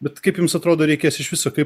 bet kaip jums atrodo reikės iš viso kaip